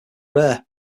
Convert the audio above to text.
rare